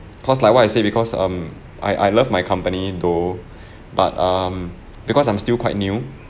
cause like what I say because um I I love my company though but um because I'm still quite new